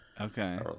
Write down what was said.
Okay